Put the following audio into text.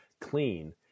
clean